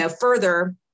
further